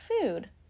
food